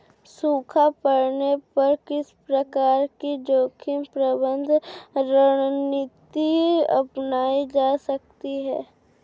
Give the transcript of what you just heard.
सूखा पड़ने पर किस प्रकार की जोखिम प्रबंधन रणनीति अपनाई जा सकती है?